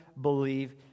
believe